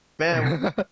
Man